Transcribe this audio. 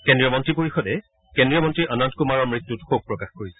কেন্দ্ৰীয় মন্ত্ৰী পৰিষদে কেন্দ্ৰীয় মন্ত্ৰী অনন্ত কুমাৰ মৃত্যুত শোক প্ৰকাশ কৰিছে